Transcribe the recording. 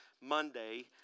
Monday